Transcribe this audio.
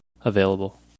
available